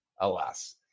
alas